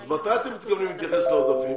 אז מתי אתם מתכוונים להתייחס לעודפים?